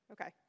Okay